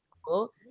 school